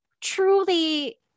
truly